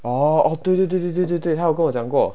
哦对对对对对对对她有跟我讲过